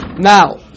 Now